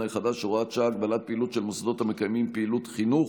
החדש (הוראת שעה) (הגבלת פעילות של מוסדות המקיימים פעילות חינוך)